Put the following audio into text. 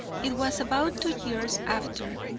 it was about two years after,